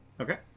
Okay